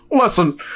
listen